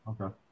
okay